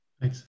Thanks